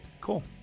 Cool